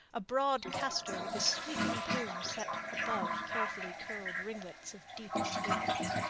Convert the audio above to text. a broad castor with a sweeping plume set above carefully curled ringlets of deepest black.